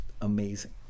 amazing